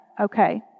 okay